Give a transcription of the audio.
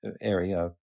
area